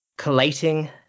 collating